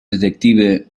detective